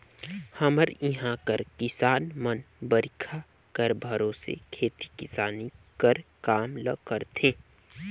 हमर इहां कर किसान मन बरिखा कर भरोसे खेती किसानी कर काम ल करथे